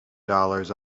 dollars